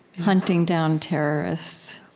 hunting down terrorists.